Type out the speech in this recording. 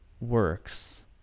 works